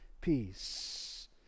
peace